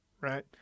Right